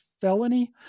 felony